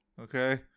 okay